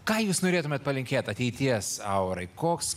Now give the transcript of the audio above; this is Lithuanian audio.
ką jūs norėtumėt palinkėt ateities aurai koks